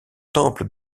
temple